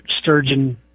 sturgeon